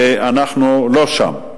ואנחנו לא שם.